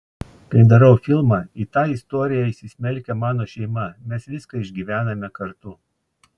kai darau filmą į tą istoriją įsismelkia mano šeima mes viską išgyvename kartu